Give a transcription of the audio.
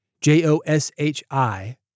J-O-S-H-I